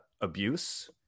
abuse